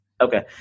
Okay